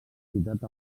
ciutat